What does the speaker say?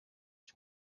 ich